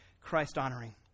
Christ-honoring